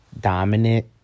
dominant